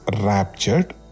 raptured